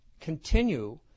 continue